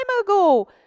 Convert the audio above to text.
ago